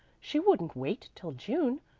she wouldn't wait till june.